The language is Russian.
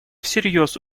всерьез